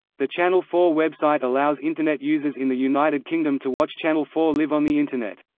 the channel four website allows internet users in the united kingdom to watch channel four live on the internet.